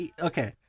okay